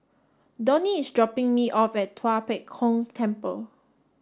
Donny is dropping me off at Tua Pek Kong Temple